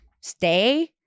stay